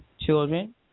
children